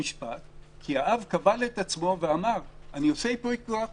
כי האב כבל את עצמו ואמר: אני עושה ייפוי כוח מתמשך,